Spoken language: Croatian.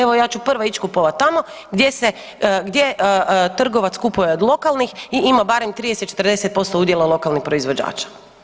Evo ja ću prva ić kupovat tamo gdje se, gdje trgovac kupuje od lokalnih i ima barem 30-40% udjela lokalnih proizvođača.